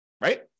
Right